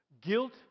Guilt